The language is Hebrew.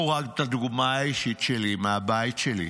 קחו רק את הדוגמה האישית שלי, מהבית שלי.